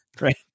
right